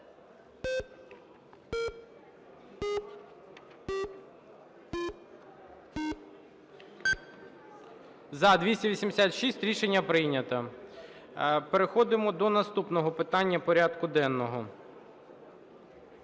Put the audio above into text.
За-286 Рішення прийнято. Переходимо до наступного питання порядку денного.